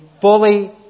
fully